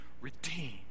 redeemed